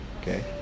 okay